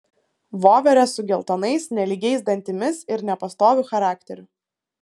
voverę su geltonais nelygiais dantimis ir nepastoviu charakteriu